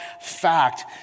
fact